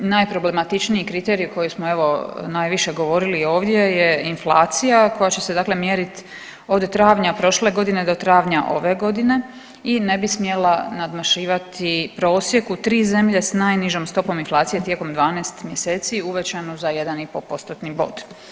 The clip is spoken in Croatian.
Najproblematičniji kriterij koji smo, evo, najviše govorili ovdje je inflacija, koja će dakle mjeriti od travnja prošle godine do travnja ove godine i ne bi smjela nadmašivati prosjek u 3 zemlje s najnižom stopom inflacije tijekom 12 mjeseci uvećanu za 1,5 postotni bod.